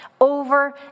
over